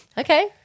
Okay